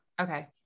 okay